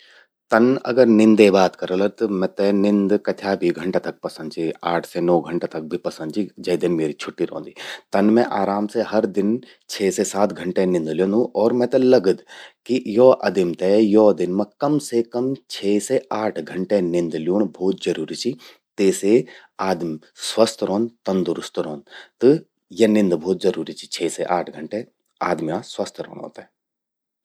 तन अगर निंदे बात करला त मेते निद कथ्या भि पसंद चि। आठ से नौ घंटा तक भि पसंद चि, जे दिन म्येरि छुट्टि रौंदि। तन मैं आराम से हर दिन छह से सात घंटे निंद ल्योंदू और मेते लगद कि यो आदिम ते यो दिन मां कम से कम छह से आठ घंटे निंद ल्योंण भौत जरूरी चि। तेसे आदिम स्वस्थ रौंद, तंदुरुस्त रौंद। त य निंद भौत जरूरि चि छह से आठ घंटे, आदिम्या स्वस्थ रौंणों ते।